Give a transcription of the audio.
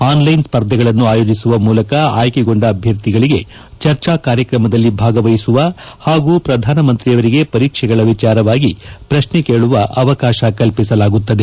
online ಸ್ವರ್ಧೆಗಳನ್ನು ಆಯೋಜಿಸುವ ಮೂಲಕ ಆಯ್ಕೆಗೊಂಡ ಅಭ್ಲರ್ಥಿಗಳಿಗೆ ಚರ್ಚಾ ಕಾರ್ಯಕ್ರಮದಲ್ಲಿ ಭಾಗವಹಿಸುವ ಹಾಗೂ ಪ್ರಧಾನಮಂತ್ರಿಯವರಿಗೆ ಪರೀಕ್ಷೆಗಳ ವಿಚಾರವಾಗಿ ಪ್ರಶ್ನೆ ಕೇಳುವ ಅವಕಾಶ ಕಲ್ಪಿಸಲಾಗುತ್ತದೆ